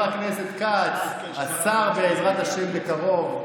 בוקר טוב, חבר הכנסת כץ, השר, בעזרת השם, בקרוב,